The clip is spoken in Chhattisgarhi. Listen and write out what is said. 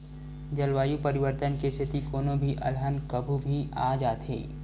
जलवायु परिवर्तन के सेती कोनो भी अलहन कभू भी आ जाथे